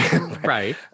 right